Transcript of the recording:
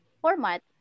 format